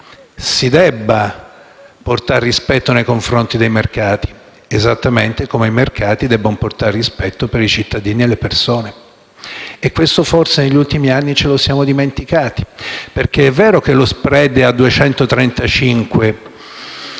si debba portare rispetto nei confronti dei mercati, esattamente come i mercati devono portare rispetto nei confronti dei cittadini e delle persone. E forse questo negli ultimi anni ce lo siamo dimenticati. È vero che lo *spread* è a 235 punti,